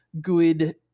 good